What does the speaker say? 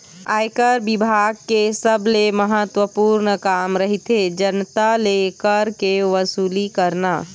आयकर बिभाग के सबले महत्वपूर्न काम रहिथे जनता ले कर के वसूली करना